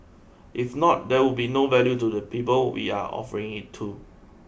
if not there would be no value to the people we are offering it to